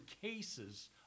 cases